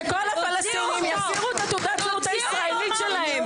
שכל הפלסטינים יחזירו את תעודה הזהות הישראלית שלהם.